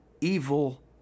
evil